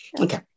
Okay